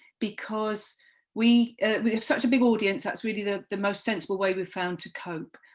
because we we have such a big audience, that's really the the most sensible way we've found to cope,